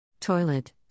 Toilet